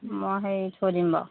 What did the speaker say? মই হেৰি থৈ দিম বাৰু